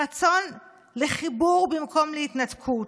הרצון לחיבור במקום להתנתקות,